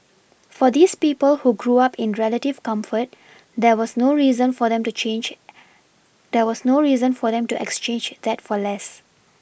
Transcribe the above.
for these people who grew up in relative comfort there was no reason for them to change there was no reason for them to exchange that for less